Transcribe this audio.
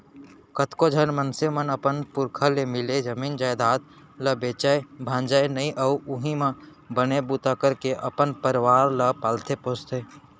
कतको झन मनसे मन अपन पुरखा ले मिले जमीन जयजाद ल बेचय भांजय नइ अउ उहीं म बने बूता करके अपन परवार ल पालथे पोसथे